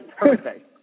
perfect